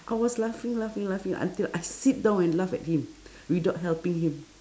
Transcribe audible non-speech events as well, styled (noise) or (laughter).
I was laughing laughing laughing until I sit down and laugh at him (breath) without helping him